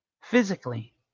Physically